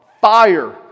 fire